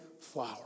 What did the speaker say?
flower